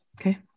okay